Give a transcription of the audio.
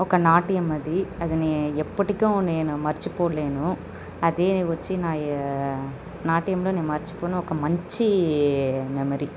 ఒక నాట్యం అది అది నే ఎప్పటికి నేను మర్చిపోలేను అది నేను వచ్చిన నా ఈ నాట్యంలో నేను మర్చిపోని ఒక మంచి మెమరీ